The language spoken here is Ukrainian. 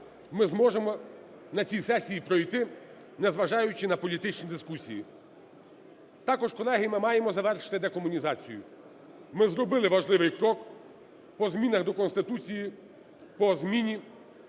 ми зможемо на цій сесії пройти, незважаючи на політичні дискусії. Також, колеги, ми маємо завершити декомунізацію. Ми зробили важливий крок по змінах до Конституції по зміні